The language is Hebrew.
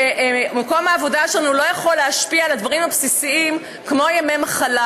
ומקום העבודה שלנו לא יכול להשפיע על הדברים הבסיסיים כמו ימי מחלה.